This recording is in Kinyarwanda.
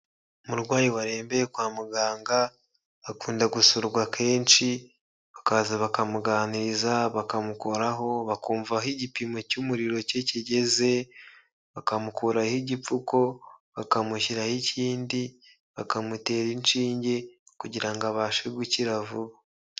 Umurwayi warembeye kwa muganga akunda gusurwa kenshi, bakaza bakamuganiriza bakamukoraho, bakumva aho igipimo cy'umuriro cye kigeze, bakamukuraho igipfuko, bakamushyiraho ikindi, bakamutera inshinge kugira ngo abashe gukira vuba.